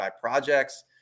projects